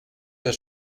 der